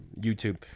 YouTube